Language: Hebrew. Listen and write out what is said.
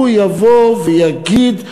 הוא יבוא ויגיד,